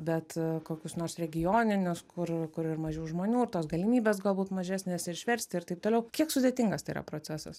bet kokius nors regioninius kur kur ir mažiau žmonių ir tos galimybės galbūt mažesnės ir išversti ir taip toliau kiek sudėtingas tai yra procesas